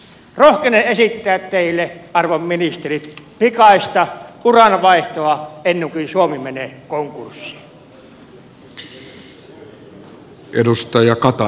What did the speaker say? rohkenen esittää teille arvon ministerit pikaista uranvaihtoa ennen kuin suomi menee konkurssiin